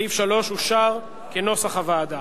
סעיף 3 אושר, כנוסח הוועדה.